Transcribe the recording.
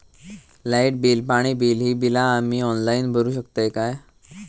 Light bill, पाणी bill, ही बिला आम्ही ऑनलाइन भरू शकतय का?